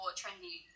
trendy